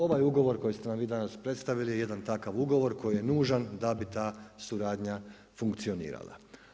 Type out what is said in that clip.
Ovaj ugovor koji ste nam vi danas predstavili, jedan takav ugovor koji je nužan da bi ta suradnja funkcionirala.